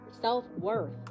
self-worth